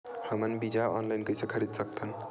हमन बीजा ऑनलाइन कइसे खरीद सकथन?